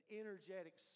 energetic